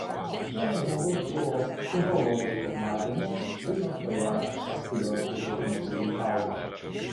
vienas žmogus buvo sužalotas pirmadienį vilniaus rajone apsivertus automobiliui audi